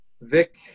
Vic